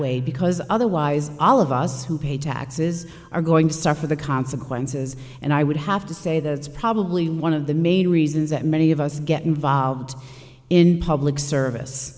way because otherwise all of us who pay taxes are going to suffer the consequences and i would have to say that's probably one of the major reasons that many of us get involved in public service